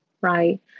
right